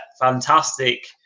fantastic